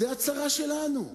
זו הצרה שלנו.